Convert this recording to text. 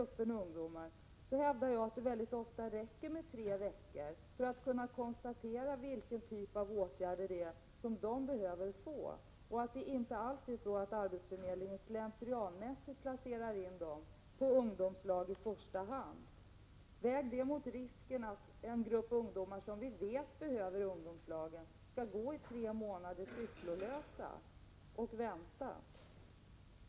För övriga ungdomar räcker det mycket ofta med tre veckor för att man skall kunna konstatera vilken typ av åtgärder som behöver sättas in. Det är inte alls så att arbetsförmedlingen slentrianmässigt i första hand placerar in dem på ungdomslag. Väg detta mot risken att en grupp av ungdomar som vi vet behöver ungdomslagen skall få gå sysslolösa i tre månader i väntan på placering i ungdomslag.